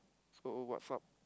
so what's up